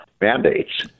mandates